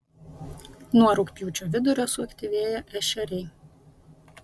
nuo rugpjūčio vidurio suaktyvėja ešeriai